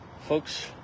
Folks